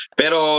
pero